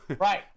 Right